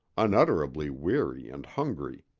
unutterably weary and hungry.